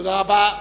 תודה רבה.